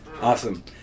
Awesome